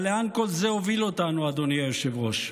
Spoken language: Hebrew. אבל לאן כל זה הוביל אותנו, אדוני היושב-ראש?